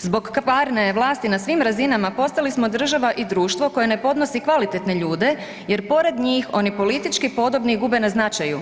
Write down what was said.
zbog kvarne vlasti na svim razinama postali smo država i društvo koje ne podnosi kvalitetne ljude jer pored njih oni politički podobni gube na značaju.